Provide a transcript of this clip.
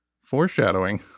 Foreshadowing